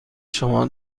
شما